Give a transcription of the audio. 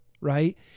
right